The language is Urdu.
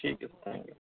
ٹھیک ہے تھینک یو